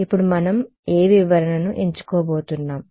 ఇప్పుడు మనం ఏ వివరణను ఎంచుకోబోతున్నాం